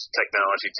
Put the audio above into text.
technology